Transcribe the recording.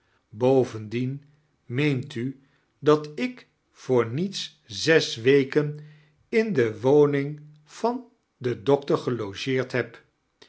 bovendien meent u dat ik voor niets zes weken in d waning van den doctor gelogeerd heb